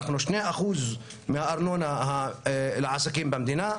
אנחנו 2% מהארנונה לעסקים במדינה,